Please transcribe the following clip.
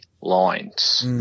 lines